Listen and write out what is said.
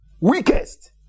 weakest